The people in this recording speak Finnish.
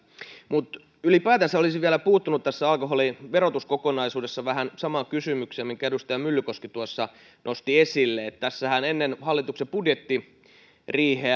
mutta ylipäätänsä olisin vielä puuttunut tässä alkoholiverotuskokonaisuudessa vähän samaan kysymykseen minkä edustaja myllykoski tuossa nosti esille että tässähän ennen hallituksen budjettiriihtä